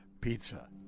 pizza